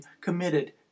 committed